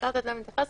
אפשר לתת להם את הקנס.